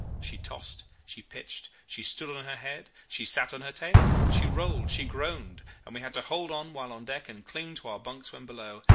she tossed, she pitched, she stood on her head, she sat on her tail, she rolled, she groaned, and we had to hold on while on deck and cling to our bunks when below,